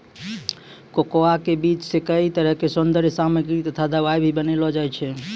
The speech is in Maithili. कोकोआ के बीज सॅ कई तरह के सौन्दर्य सामग्री तथा दवाई भी बनैलो जाय छै